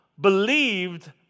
believed